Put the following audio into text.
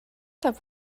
have